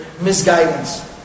misguidance